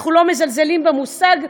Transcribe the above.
אנחנו לא מזלזלים במושג,